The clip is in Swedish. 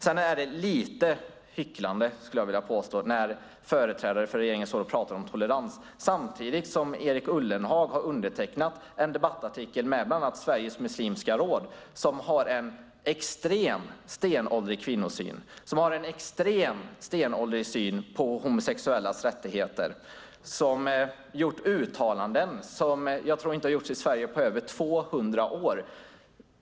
Sedan är det lite hycklande när företrädare för regeringen står och talar om tolerans samtidigt som Erik Ullenhag har undertecknat en debattartikel med bland annat Sveriges Muslimska Råd som har en extremt föråldrad kvinnosyn, som har en extremt föråldrad syn på homosexuellas rättigheter och som har gjort sådana uttalanden som jag inte tror har gjorts i Sverige på över 200 år.